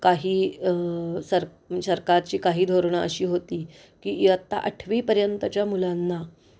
काही सर सरकारची काही धोरणं अशी होती की इयत्ता आठवीपर्यंतच्या मुलांना